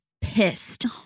pissed